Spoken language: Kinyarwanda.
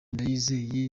ndayizeye